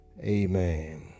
amen